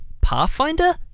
Pathfinder